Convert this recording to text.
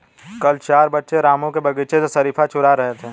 कल चार बच्चे रामू के बगीचे से शरीफा चूरा रहे थे